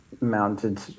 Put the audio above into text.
mounted